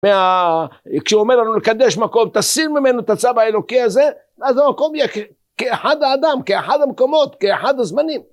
כשהוא אומר לנו לקדש מקום, תסיר ממנו את הצו האלוקי הזה, ואז המקום יהיה כאחד האדם, כאחד המקומות, כאחד הזמנים.